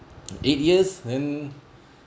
eight years then